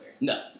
No